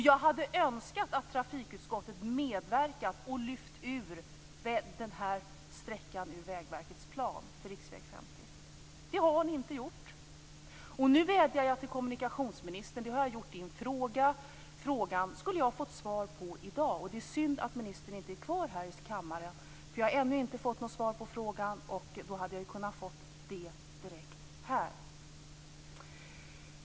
Jag hade önskat att trafikutskottet hade medverkat till att lyfta ut den här sträckan för riksväg 50 ur Vägverkets plan. Det har ni inte gjort. Nu vädjar jag till kommunikationsministern. Det har jag gjort i en fråga som jag skulle ha fått svar på i dag. Det är synd att ministern inte är kvar här i kammaren, för jag har ännu inte fått något svar på frågan. Då hade jag ju kunnat få det här direkt.